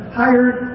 hired